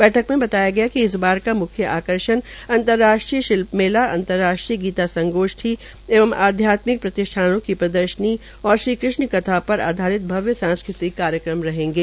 बैठक मे बताया गया कि इस बार का मुख्य आकर्षण अंतर्राष्ट्रीय शिल्प मेला अंतर्राष्ट्रीय गीता संगोष्ठी एवं आध्यात्मिक प्रतिष्ठानों की प्रदर्शनी एवं श्री कृष्ण कथा पर आधारित भव्य सांस्कृतिक कार्यक्रम रहेंगे